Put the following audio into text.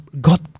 God